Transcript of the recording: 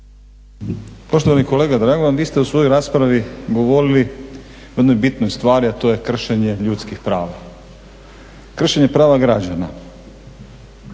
Poštovani kolega Dragovan, vi ste u svojoj raspravi govorili o jednoj bitnoj stvari a to je kršenje ljudskih prava, kršenje prava građana.